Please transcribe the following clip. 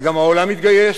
וגם העולם התגייס,